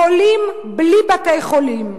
חולים בלי בתי-חולים,